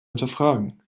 hinterfragen